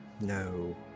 No